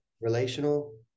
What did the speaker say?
Relational